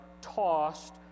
tossed